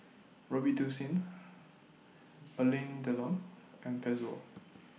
Robitussin Alain Delon and Pezzo